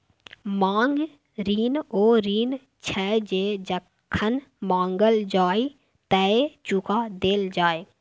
मांग ऋण ओ ऋण छै जे जखन माँगल जाइ तए चुका देल जाय